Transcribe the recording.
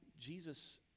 Jesus